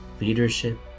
leadership